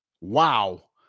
Wow